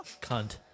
cunt